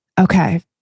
okay